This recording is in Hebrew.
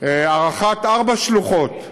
הארכת ארבע שלוחות.